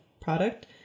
product